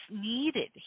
needed